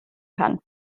kann